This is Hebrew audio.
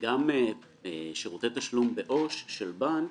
גם שירותי בעו"ש של בנק,